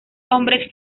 hombres